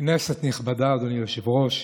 כנסת נכבדה, אדוני היושב-ראש,